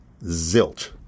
Zilch